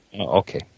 Okay